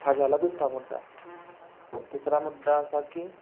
हा झाला दुसरा मुद्दा तिसरा मुद्दा असा की